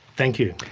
thank you.